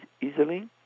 easily